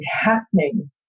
happening